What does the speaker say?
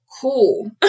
cool